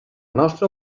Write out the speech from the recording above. nostra